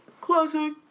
Classic